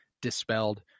dispelled